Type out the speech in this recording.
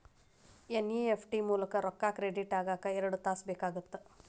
NEFT ಮೂಲಕ ರೊಕ್ಕಾ credit ಆಗಾಕ ಎರಡ್ ತಾಸ ಬೇಕಾಗತ್ತಾ